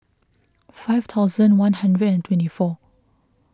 five thousand one hundred and twenty four